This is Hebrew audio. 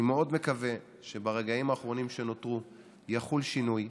אני מאוד מקווה שברגעים האחרונים שנותרו יחול שינוי,